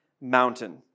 mountain